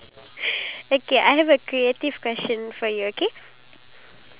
era where men dress up so nicely and proper